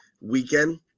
weekend